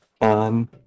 on